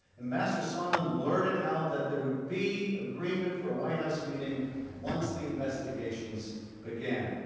ambassador sondland blurted out that there would be agreement for a white house meeting once the investigations began.